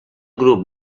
grup